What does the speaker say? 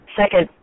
second